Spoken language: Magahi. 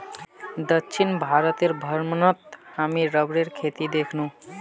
दक्षिण भारतेर भ्रमणत हामी रबरेर खेती दखनु